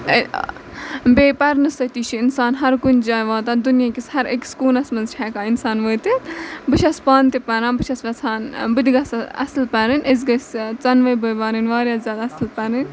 بیٚیہِ پَرنہٕ سۭتی چھُ اِنسان ہرکُنہِ جایہِ واتان دُنیہکِس ہَر أکِس کوٗنَس منٛز چھِ ہٮ۪کان اِنسان وٲتِتھ بہٕ چھَس پانہٕ تہِ پَران بہٕ چھَس وٮ۪ژھان بہٕ تہِ گژھٕ اَصٕل پَرٕنۍ أسۍ گٔژھۍ ژۄنوٕے بٲے بارٕنۍ واریاہ زیادٕ اَصٕل پَرٕنۍ